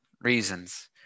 reasons